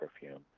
perfume